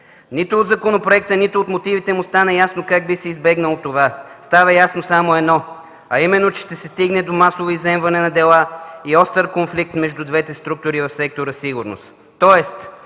Нито от законопроекта, нито от мотивите му стана ясно как би се избегнало това. Става ясно само едно, а именно че ще се стигне до масово изземване на дела и остър конфликт между двете структури в сектора „Сигурност”,